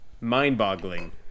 mind-boggling